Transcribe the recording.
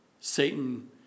Satan